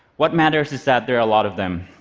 what matters is that there are a lot of them.